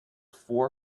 four